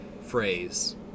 phrase